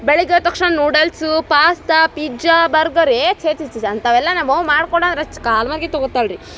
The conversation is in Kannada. ಬೆಳಿಗ್ಗೆ ಎದ್ದ ತಕ್ಷಣ ನೂಡೆಲ್ಸು ಪಾಸ್ತಾ ಪಿಜ್ಜಾ ಬರ್ಗರ್ ಏಯ್ ಛೇ ಛೇ ಛೇ ಛೇ ಅಂಥವೆಲ್ಲ ನಮ್ಮ ಅವ್ವ ಮಾಡ್ಕೊಡು ಅಂದ್ರೆ ಅಚ್ ಕಾಲ್ನಾಗಿದ್ದು ತೊಗೊತಾಳೆ ರೀ